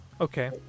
okay